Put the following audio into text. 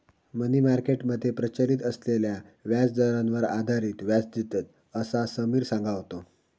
मनी market मध्ये प्रचलित असलेल्या व्याजदरांवर आधारित व्याज देतत, असा समिर सांगा होतो